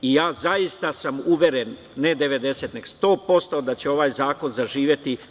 Zaista sam uveren, ne 90%, nego 100% da će ovaj zakon zaživeti.